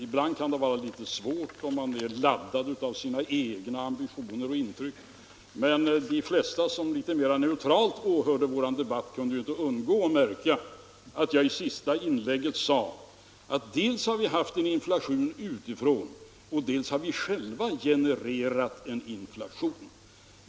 Ibland kan det vara litet svårt, om man är laddad av sina egna ambitioner och intryck, men de flesta som litet mera neutralt åhörde vår debatt kunde inte undgå att märka att jag i det sista inlägget sade, att dels har vi haft en inflation utifrån, dels har vi själva genererat en inflation.